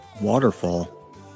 waterfall